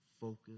focus